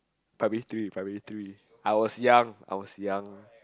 primary three primary three I was young I was young